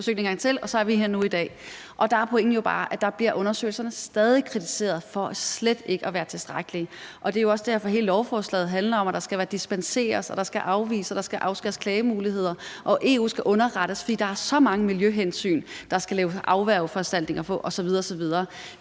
forsøgt en gang til, og så står vi så her i dag. Der er pointen jo bare, at undersøgelserne stadig bliver kritiseret for slet ikke at være tilstrækkelige. Det er også derfor, at hele lovforslaget handler om, at der skal dispenseres, at der skal afvises, at klagemuligheder skal afskæres, at EU skal underrettes, fordi der er så mange miljøhensyn, der skal laves afværgeforanstaltninger til osv. osv.,